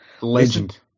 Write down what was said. Legend